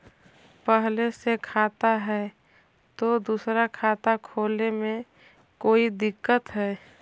पहले से खाता है तो दूसरा खाता खोले में कोई दिक्कत है?